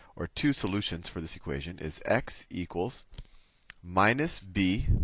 or two solutions for this equation is x equals minus b